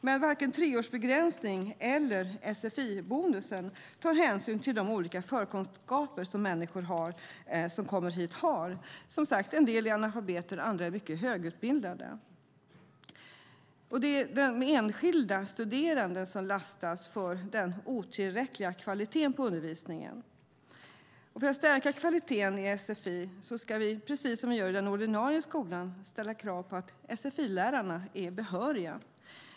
Men varken treårsbegränsning eller sfi-bonus tar hänsyn till de olika förkunskaper som människor som kommer hit har. En del är som sagt analfabeter, och andra är mycket högutbildade. Det är den enskilda studeranden som lastas för den otillräckliga kvaliteten på undervisningen. För att stärka kvaliteten i sfi ska vi, precis som vi gör i den ordinarie skolan, ställa krav på att sfi-lärarna är behöriga.